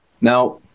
Now